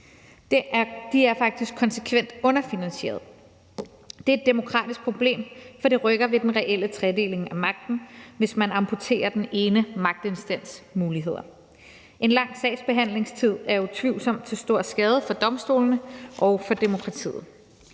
De er faktisk konsekvent underfinansierede. Det er et demokratisk problem, for det rykker ved den reelle tredeling af magten, hvis man amputerer den ene magtinstans' muligheder. En lang sagsbehandlingstid er utvivlsomt til stor skade for domstolene og for demokratiet.